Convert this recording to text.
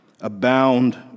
Abound